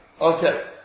Okay